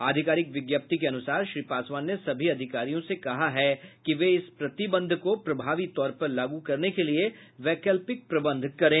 आधिकारिक विज्ञप्ति के अनुसार श्री पासवान ने सभी अधिकारियों से कहा है कि वे इस प्रतिबंध को प्रभावी तौर पर लागू करने के लिए वैकल्पिक प्रबंध करें